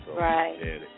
Right